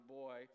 boy